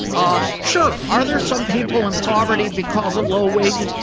um sure. are there some people in poverty because of low wages?